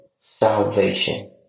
salvation